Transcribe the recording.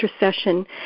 intercession